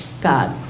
God